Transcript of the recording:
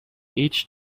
each